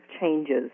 changes